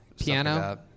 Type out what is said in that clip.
piano